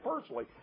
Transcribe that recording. personally